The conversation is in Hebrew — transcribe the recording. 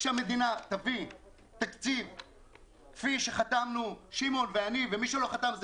כשהמדינה תביא תקציב כפי שחתמנו שמעון ואני ומי שלא חתם זה